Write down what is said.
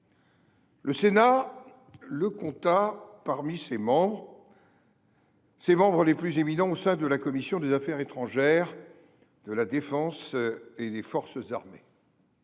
Le Sénat le compta parmi ses membres les plus éminents au sein de la commission des affaires étrangères, de la défense et des forces armées.